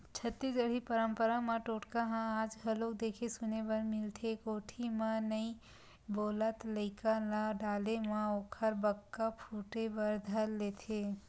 छत्तीसगढ़ी पंरपरा म टोटका ह आज घलोक देखे सुने बर मिलथे कोठी म नइ बोलत लइका ल डाले म ओखर बक्का फूटे बर धर लेथे